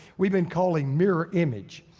we've been calling mirror image.